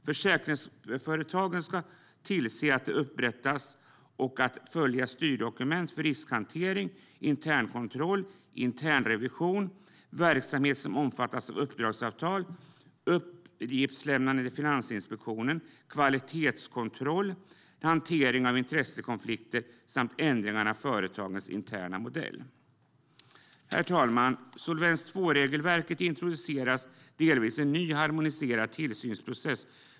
Försäkringsföretagen ska se till att upprätta och följa styrdokument för riskhantering, internkontroll, internrevision, verksamhet som omfattas av uppdragsavtal, uppgiftslämnande till Finansinspektionen, kvalitetskontroll, hantering av intressekonflikter samt ändringar av företagens interna modell. Herr talman! Solvens II-regelverket introducerar delvis en ny och harmoniserad tillsynsprocess.